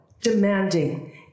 demanding